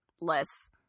less